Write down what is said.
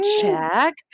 check